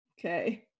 Okay